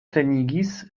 plenigis